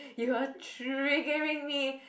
you are triggering me